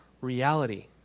reality